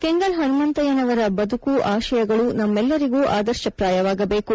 ಕೆಂಗಲ್ ಪನುಮಂತಯ್ಲನವರ ಬದುಕು ಆಶಯಗಳು ನಮಗೆಲ್ಲರಿಗೂ ಆದರ್ಶಪ್ರಾಯವಾಗದೇಕು